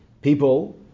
people